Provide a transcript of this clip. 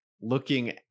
looking